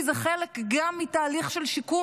כי זה גם חלק מתהליך של שיקום,